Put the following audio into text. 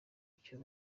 icyo